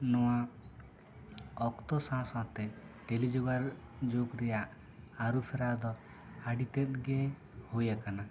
ᱱᱚᱣᱟ ᱚᱠᱛᱚ ᱥᱟᱶ ᱥᱟᱶ ᱛᱮ ᱴᱮᱞᱮᱡᱚᱜᱟᱲ ᱡᱩᱜᱽ ᱨᱮᱭᱟᱜ ᱟᱹᱨᱩ ᱯᱷᱮᱨᱟᱣ ᱫᱚ ᱟᱹᱰᱤ ᱛᱮᱫ ᱜᱮ ᱦᱩᱭ ᱟᱠᱟᱱᱟ